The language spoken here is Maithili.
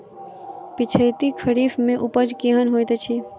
पिछैती खरीफ मे उपज केहन होइत अछि?